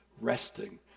resting